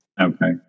Okay